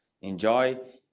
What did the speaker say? enjoy